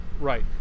right